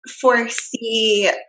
foresee